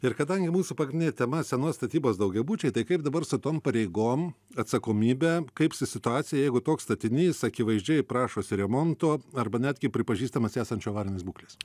ir kadangi mūsų pagrindinė tema senos statybos daugiabučiai tai kaip dabar su tom pareigom atsakomybe kaip su situacija jeigu toks statinys akivaizdžiai prašosi remonto arba netgi pripažįstamas esančių avarinės būklės